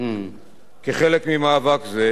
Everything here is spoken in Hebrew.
כחלק ממאבק זה,